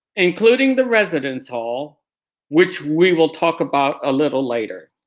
including the residence hall which we will talk about a little later.